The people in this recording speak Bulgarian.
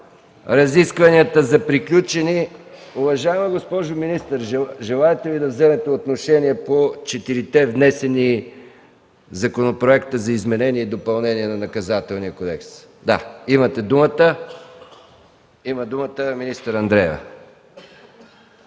разискванията за приключени. Уважаема госпожо министър, желаете ли да вземете отношение по четирите внесени законопроекта за изменение и допълнение на Наказателния кодекс? Има думата министър Андреева.